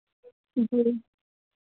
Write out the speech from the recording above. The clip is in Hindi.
जी